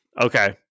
okay